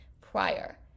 prior